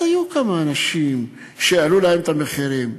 אז היו כמה אנשים שהעלו להם את המחירים,